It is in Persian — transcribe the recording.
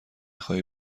خواهی